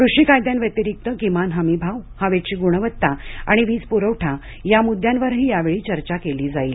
कृषी कायद्यांव्यतिरिक्त किमान हमी भाव हवेची गुणवत्ता आणि वीजपुरवठा या मुद्यांवरही यावेळी चर्चा केली जाईल